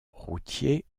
routier